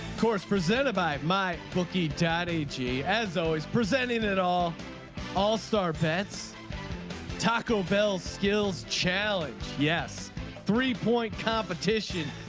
course presented by my bookie dan agee as always presenting it all all star taco bell skills challenge. yes three point competition.